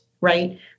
right